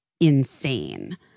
insane